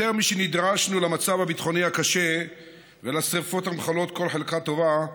יותר משנדרשנו למצב הביטחוני הקשה ולשרפות המכלות כל חלקה טובה,